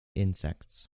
insects